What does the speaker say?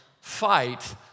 fight